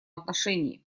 отношении